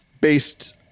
based